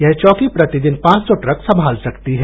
यह चौकी प्रतिदिन पांच सौ ट्रक संभाल सकती है